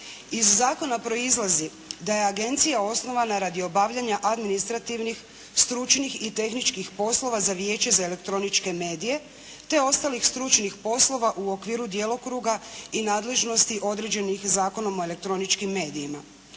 Iz zakona proizlazi da je agencija osnovana radi obavljanja administrativnih, stručnih i tehničkih poslova za Vijeće za elektroničke medije, te ostalih stručnih poslova u okviru djelokruga i nadležnosti određenih Zakonom o elektroničkim medijima.